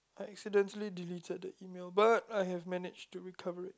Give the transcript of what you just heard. I accidentally deleted the email but I have managed to recover it